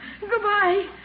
Goodbye